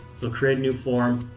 so create new form.